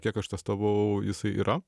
kiek aš testavau jisai yra